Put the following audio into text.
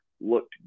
looked